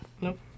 Nope